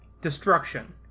destruction